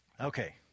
Okay